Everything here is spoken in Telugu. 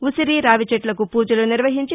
ఉసిరి రావి చెట్లకు పూజలు నిర్వహించి